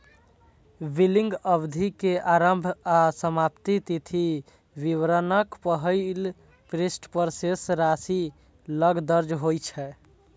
billing अवधि के आरंभ आ समाप्ति तिथि विवरणक पहिल पृष्ठ पर शेष राशि लग दर्ज होइ छै